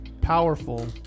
powerful